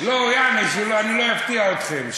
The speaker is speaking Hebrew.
לא, אני אפתיע אתכם.